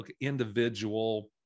individual